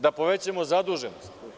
Da povećamo zaduženost?